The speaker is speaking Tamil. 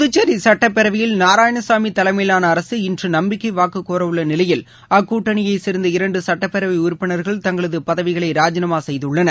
புதுச்சேரி சட்டப்பேரவையில் நாராயணசாமி தலைமையிலான அரசு இன்று நம்பிக்கை வாக்கு கோரவுள்ள நிலையில் அக்கூட்டணியைச் சேர்ந்த இரண்டு சட்டப்பேரவை உறுப்பினர்கள் தங்களது பதவிகளை ராஜினாமா செய்துள்ளனர்